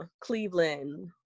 cleveland